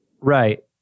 Right